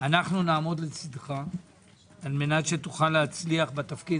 אנו נעמוד לצדך על מנת שתוכל להצליח בתפקיד